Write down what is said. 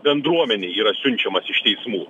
bendruomenei yra siunčiamas iš teismų